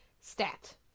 stat